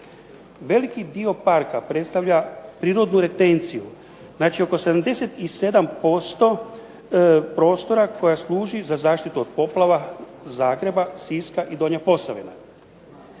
Veliki dio Parka predstavlja prirodnu retenciju znači oko 77% prostora koja služi za zaštitu od poplava Zagreba, Siska i Donja Posavina.